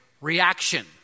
reaction